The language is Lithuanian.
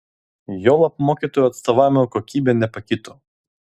juolab mokytojų atstovavimo kokybė nepakito